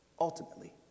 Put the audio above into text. ultimately